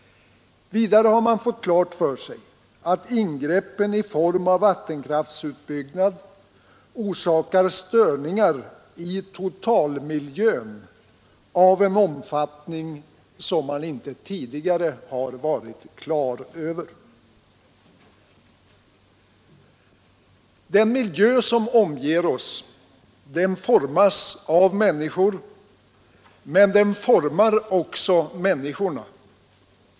Vidare har man fått klart för sig att ingreppen i form av vattenkraftsutbyggnad orsakar störningar i totalmiljön av en omfattning som man inte tidigare har varit på det klara med. Den miljö som omger oss formas av människor, men den formar också människorna.